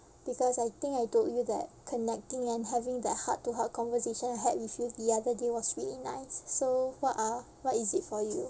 because I think I told you that connecting and having that heart-to-heart conversation I had with you the other day was really nice so what are what is it for you